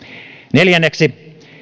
neljänneksi